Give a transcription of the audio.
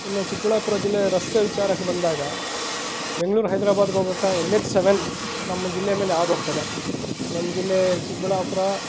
ಇನ್ನು ಚಿಕ್ಕಬಳ್ಳಾಪುರ ಜಿಲ್ಲೆ ರಸ್ತೆ ವಿಚಾರಕ್ಕೆ ಬಂದಾಗ ಬೆಂಗಳೂರು ಹೈದ್ರಾಬಾದ್ಗೆ ಹೋಗುವಂಥ ಎನ್ ಎಚ್ ಸವೆನ್ ನಮ್ಮ ಜಿಲ್ಲೆ ಮೇಲೆ ಹಾದು ಹೋಗ್ತದೆ ನಮ್ಮ ಜಿಲ್ಲೆ ಚಿಕ್ಕಬಳ್ಳಾಪುರ